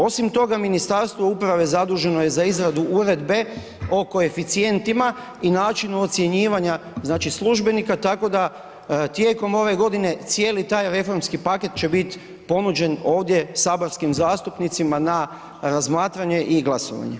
Osim toga Ministarstvo uprave zaduženo je za izradu Uredbe o koeficijentima i načinu ocjenjivanja znači službenika tako da tijekom ove godine cijeli taj reformski paket će bit ponuđen ovdje saborskim zastupnicima na razmatranje i glasovanje.